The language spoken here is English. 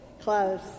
Close